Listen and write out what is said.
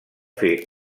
fer